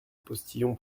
postillon